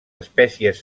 espècies